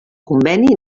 conveni